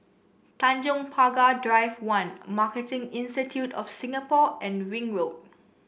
Tanjong Pagar Drive One Marketing Institute of Singapore and Ring Road